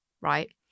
right